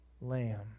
lamb